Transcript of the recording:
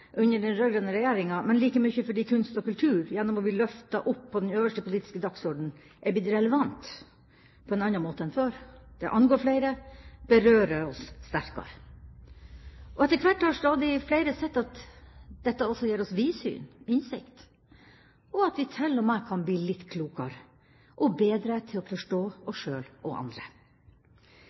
under den rød-grønne regjeringa, men like mye fordi kunst og kultur gjennom å bli løftet opp på den øverste politiske dagsorden er blitt relevant på en annen måte enn før – det angår flere, berører oss sterkere. Og etter hvert har stadig flere sett at dette også gir oss vidsyn og innsikt, og at vi til og med kan bli litt klokere og bedre til å forstå oss sjøl og andre.